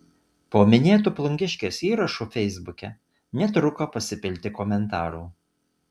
po minėtu plungiškės įrašu feisbuke netruko pasipilti komentarų